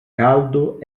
caldo